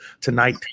Tonight